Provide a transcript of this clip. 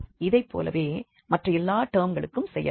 இதைப்போலவே மற்ற எல்லா டெர்ம்களுக்கும் செய்யலாம்